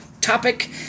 topic